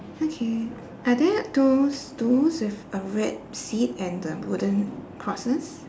okay are there those those with a red seat and the wooden crosses